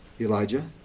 Elijah